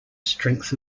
strength